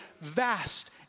vast